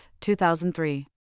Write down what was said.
2003